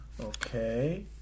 Okay